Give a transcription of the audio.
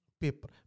paper